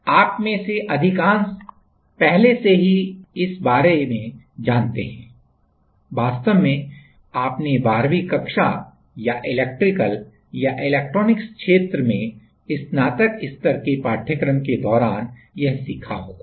तो आप में से अधिकांश पहले से ही इस बार के बारे में जानते हैं वास्तव में आपने बारहवीं कक्षा या इलेक्ट्रिकल या इलेक्ट्रॉनिक्स क्षेत्र में स्नातक स्तर के पाठ्यक्रम के दौरान यह सीखा होगा